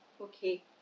okay